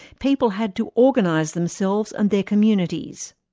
people had to organise themselves and their communities.